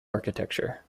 architecture